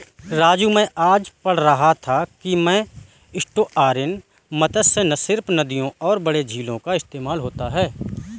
राजू मैं आज पढ़ रहा था कि में एस्टुअरीन मत्स्य सिर्फ नदियों और बड़े झीलों का इस्तेमाल होता है